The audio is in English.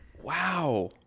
wow